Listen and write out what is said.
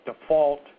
default